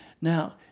Now